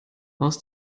aus